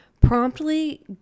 promptly